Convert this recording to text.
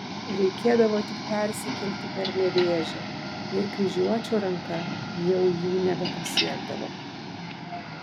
reikėdavo tik persikelti per nevėžį ir kryžiuočio ranka jau jų nebepasiekdavo